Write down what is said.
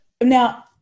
Now